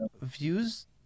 views